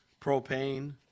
propane